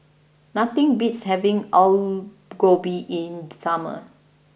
nothing beats having Alu Gobi in the summer